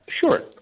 Sure